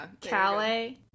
Calais